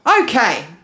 Okay